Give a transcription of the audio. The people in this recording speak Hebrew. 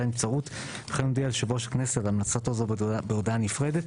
לנבצרות וכן הודיע ליושב ראש הכנסת על המלצתו זו בהודעה נפרדת,